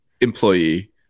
employee